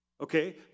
Okay